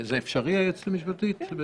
זה אפשרי, היועצת המשפטית?